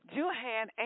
Johan